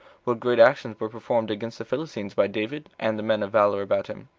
what great actions were performed against the philistines by david, and the men of valor about him.